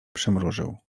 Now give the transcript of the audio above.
przymrużył